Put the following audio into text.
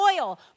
oil